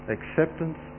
Acceptance